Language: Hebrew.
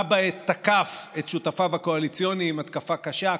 בה בעת תקף את שותפיו הקואליציוניים התקפה קשה,